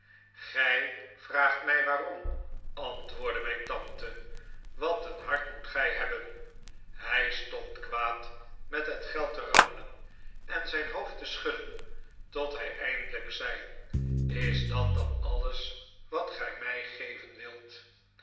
ij vraagt mij waarom antwoordde mijn tante wat een hart moet gij hebben hij stond kwaad met het geld te rammelen en zijn hoofd te schudden tot hij eindelijk zei is dat dan alles wat ge mij geven wilt